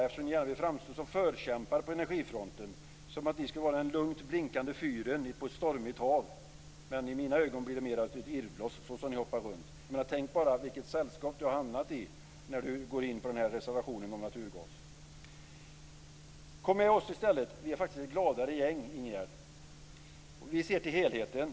Eftersom ni gärna vill framstå som förkämpar på energifronten borde ni vara den lugnt blinkande fyren på ett stormigt hav. Men i mina ögon blir det mer av ett irrbloss såsom ni hoppar runt. Tänk bara vilket sällskap du har hamnat i, Ingegerd Saarinen, när du ställt dig bakom reservationen om naturgas. Kom med oss i stället! Vi är faktiskt ett gladare gäng, Ingegerd. Vi ser till helheten.